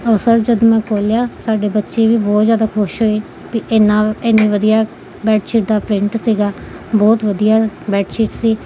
ਔਰ ਸਰ ਜਦ ਮੈਂ ਖੋਲ੍ਹਿਆ ਸਾਡੇ ਬੱਚੇ ਵੀ ਬਹੁਤ ਜ਼ਿਆਦਾ ਖੁਸ਼ ਹੋਏ ਵੀ ਇੰਨਾ ਇੰਨੀ ਵਧੀਆ ਬੈਡ ਸ਼ੀਟ ਦਾ ਪ੍ਰਿੰਟ ਸੀਗਾ ਬਹੁਤ ਵਧੀਆ ਬੈਡ ਸ਼ੀਟ ਸੀ